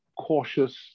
cautious